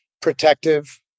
Protective